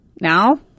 Now